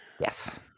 Yes